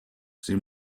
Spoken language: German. sie